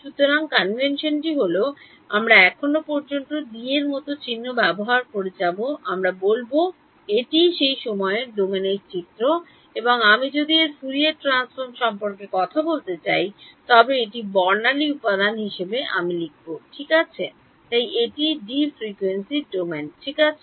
সুতরাং কনভেনশনটি হল আমরা এখন পর্যন্ত ডি এর মতো চিহ্ন ব্যবহার করে যাব আমরা বলব এটিই সেই সময়ের ডোমেন চিত্র এবং আমি যদি এর ফুরিয়ার ট্রান্সফর্ম সম্পর্কে কথা বলতে চাই তবে এটি বর্ণালি উপাদান হিসাবে আমি লিখব ঠিক আছে তাই এটিই D˜ ফ্রিকোয়েন্সি ডোমেন ঠিক আছে